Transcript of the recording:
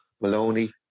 Maloney